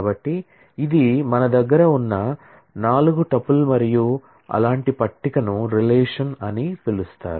కాబట్టి ఇది మన దగ్గర ఉన్న 4 టుపుల్ మరియు అలాంటి పట్టికను రిలేషన్ అని పిలుస్తారు